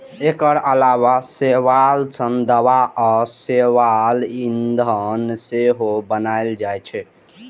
एकर अलावा शैवाल सं दवा आ शैवाल ईंधन सेहो बनाएल जाइ छै